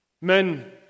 men